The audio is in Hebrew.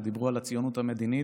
ודיברו על הציונות המדינית.